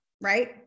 right